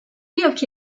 yılki